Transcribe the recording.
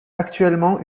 actuellement